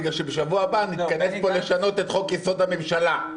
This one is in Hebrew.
בגלל שבשבוע הבא נתכנס פה לשנות את חוק-יסוד: הממשלה,